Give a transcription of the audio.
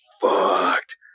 fucked